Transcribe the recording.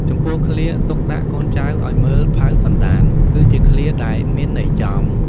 ចំំពោះឃ្លា ទុកដាក់កូនចៅឲ្យមើលផៅសន្តាន គឺជាឃ្លាដែលមានន័យចំ។